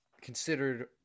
considered